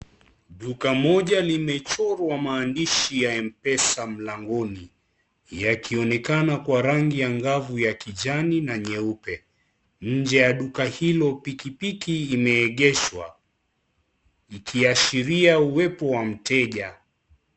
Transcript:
Duka moja limechorwa maandishi ya MPESA mlangoni yakionekana Kwa rangi ya ngavu ha kijani na nyeupe. Nje ya duka hilo pikipiki imeegeshwa ikiashiria uwepo wa mteja.